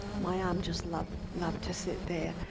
my arm just loved loved to sit there.